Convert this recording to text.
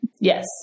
Yes